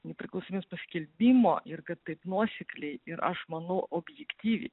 nepriklausomybės paskelbimo ir kad taip nuosekliai ir aš manau objektyviai